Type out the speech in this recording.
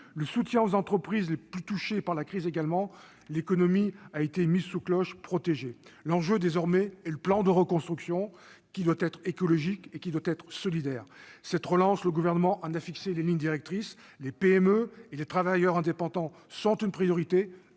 le soutien aux entreprises les plus touchées par la crise. L'économie a été mise sous cloche, protégée. L'enjeu, désormais, est le plan de reconstruction, qui doit être écologique et solidaire. Cette relance, le Gouvernement en a fixé les lignes directrices : les PME et les travailleurs indépendants sont une priorité.